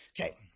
Okay